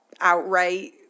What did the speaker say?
outright